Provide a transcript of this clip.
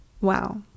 Wow